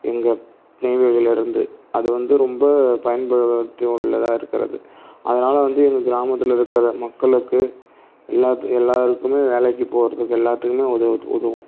எங்கள் நெய்வேலியிலேருந்து அது வந்து ரொம்ப பயன்படுத்தி உள்ளதா இருக்கிறது அதனால் வந்து எங்கள் கிராமத்தில் இருக்கிற மக்களுக்கு எல்லாத்து எல்லாருக்குமே வேலைக்கு போகிறதுக்கு எல்லாத்துக்குமே உதவுது உதவும்